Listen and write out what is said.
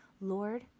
Lord